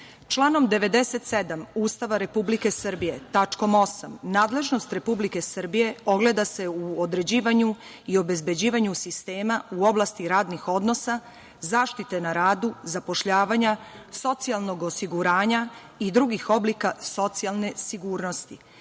članom 97. Ustava Republike Srbije, tačkom 8, nadležnost Republike Srbije ogleda se u određivanju i obezbeđivanju sistema u oblasti radnih odnosa, zaštite na radu, zapošljavanja, socijalnog osiguranja i drugih oblika socijalne sigurnosti,